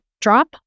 drop